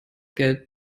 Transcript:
geld